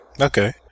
Okay